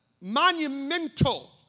monumental